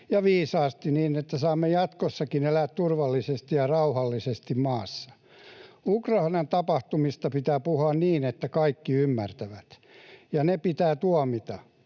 ja viisaasti, niin että saamme jatkossakin elää turvallisesti ja rauhallisesti maassa. Ukrainan tapahtumista pitää puhua niin, että kaikki ymmärtävät, ja ne pitää tuomita.